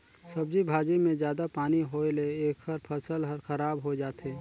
सब्जी भाजी मे जादा पानी होए ले एखर फसल हर खराब होए जाथे